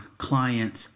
clients